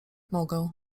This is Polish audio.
mogę